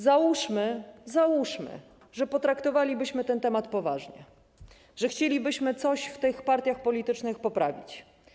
Załóżmy, że potraktowalibyśmy ten temat poważnie, że chcielibyśmy coś w tych partiach politycznych poprawić.